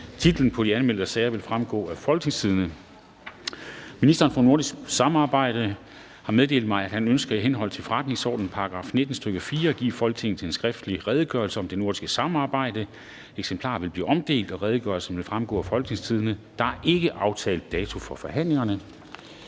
Titler på de anmelde sager vil fremgå af www.folketingstidende.dk. (jf. ovenfor). Ministeren for nordisk samarbejde (Mogens Jensen) har meddelt mig, at han ønsker i henhold til forretningsordenens § 19, stk. 4, at give Folketinget en skriftlig Redegørelse om det nordiske samarbejde. (Redegørelse nr. R 10). Eksemplarer vil blive omdelt, og redegørelsen vil fremgå af www.folketingstidende.dk. Der er ikke aftalt dato for forhandlingerne.